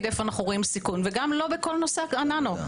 איפה אנו רואים סיכון וגם לא בכל נושא הננו.